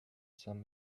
some